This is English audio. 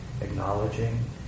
acknowledging